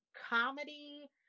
comedy